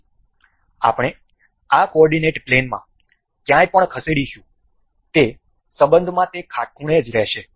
તેથી આપણે આ કોર્ડીનેટ પ્લેનમાં ક્યાંય પણ ખસેડીશું તે સંબંધમાં કાટખૂણે રહેશે